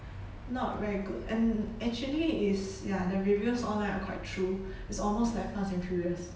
not very good and actually is ya the reviews online are quite true it's almost like fast and furious